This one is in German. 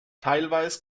teilweise